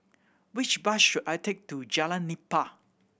which bus should I take to Jalan Nipah